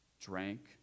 drank